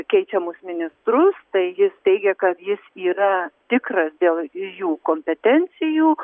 keičiamus ministrus tai jis teigia kad jis yra tikras dėl dviejų kompetencijų